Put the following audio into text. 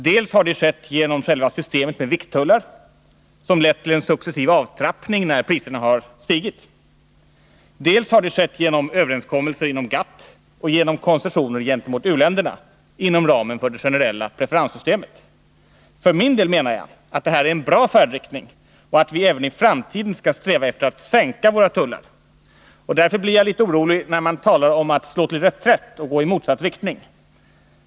Det har skett dels genom själva systemet med vikttullar som har lett till en successiv avtrappning när priserna stigit, dels genom överenskommelser inom GATT och koncessioner gentemot u-länderna inom ramen för det generella preferenssystemet. Jag menar för min del att det här är en bra färdriktning och att vi även i framtiden skall sträva efter att sänka våra tullar. Därför blir jag litet orolig när man talar om att slå till reträtt och gå i motsatt riktning.